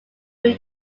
will